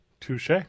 Touche